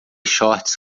shorts